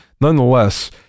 Nonetheless